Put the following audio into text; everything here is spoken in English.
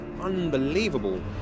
unbelievable